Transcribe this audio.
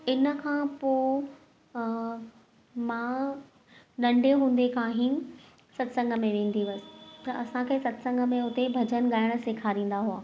इनखां पोइ मां नंढे हूंदे खां ई सतसंग में वेंदी हुअसि असांखे सतसंग में हुते भॼनु ॻाइणु सेखारींदा हुआ